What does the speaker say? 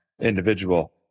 individual